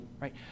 right